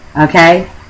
okay